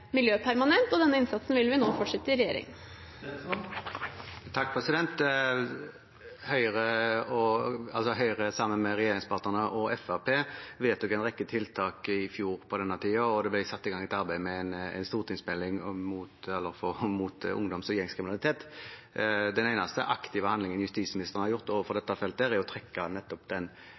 permanent. Denne innsatsen vil vi nå fortsette i regjering. Høyre, sammen med regjeringspartene og Fremskrittspartiet, vedtok en rekke tiltak i fjor på denne tiden, og det ble satt i gang et arbeid med en stortingsmelding mot ungdoms- og gjengkriminalitet. Den eneste aktive handlingen justisministeren har gjort på dette feltet, er å trekke nettopp den